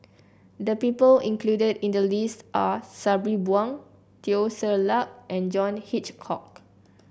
the people included in the list are Sabri Buang Teo Ser Luck and John Hitchcock